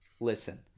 Listen